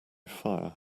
fire